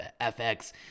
FX